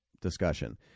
discussion